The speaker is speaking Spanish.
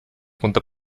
punta